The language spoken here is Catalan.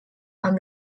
amb